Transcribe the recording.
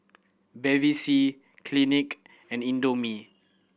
Bevy C Clinique and Indomie